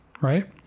Right